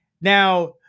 Now